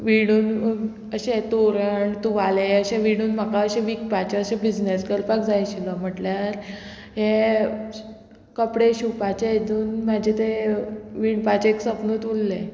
विणून अशें तोरण तुवाले अशें विणून म्हाका अशें विकपाचे अशें बिजनेस करपाक जाय आशिल्लो म्हटल्यार हे कपडे शिंवपाचे हितून म्हाजे तें विणपाचें एक सपनत उरलें